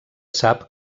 sap